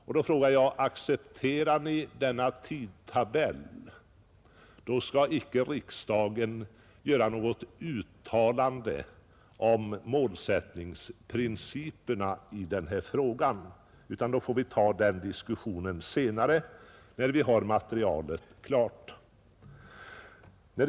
Om ni accepterar denna tidtabell bör icke riksdagen nu göra något uttalande om målsättningen och principerna, utan då får vi diskutera de sakerna senare, då materialet föreligger.